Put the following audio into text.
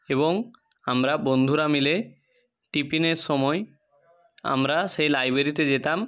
এবং আমরা বন্ধুরা মিলে টিফিনের সময় আমরা সেই লাইব্ৰেরিতে যেতাম